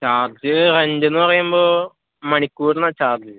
charge റെൻ്റെന്നു പറയ്മ്പോ മണിക്കൂർനാ ചാർജ്